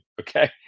okay